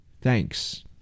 Thanks